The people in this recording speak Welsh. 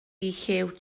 llew